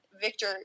Victor